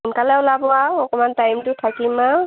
সোনকালে ওলাব আৰু অকণমান টাইমটো থাকিম আৰু